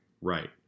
Right